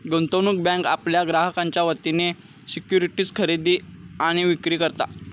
गुंतवणूक बँक आपल्या ग्राहकांच्या वतीन सिक्युरिटीज खरेदी आणि विक्री करता